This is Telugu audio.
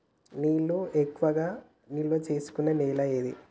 నీళ్లు ఎక్కువగా నిల్వ చేసుకునే నేల ఏది?